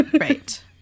Right